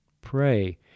pray